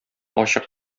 ачык